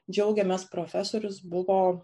džiaugiamės profesorius buvo